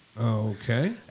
Okay